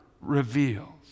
reveals